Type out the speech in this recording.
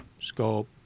Scope